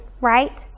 right